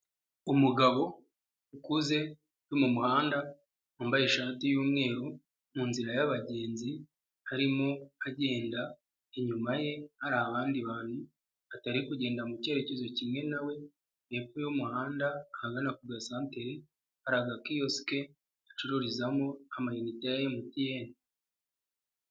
Umugabo ukuze uri mu muhanda wambaye ishati y'umweru mu nzi y'abagenzi arimo agenda, inyuma ye hari abandi bantu batari kugenda mu kerekezo kimwe na we, hepfo y'umuhanda ahagana ku gasantere hari aga kiyosike bacururizamo amayinite ya MTN.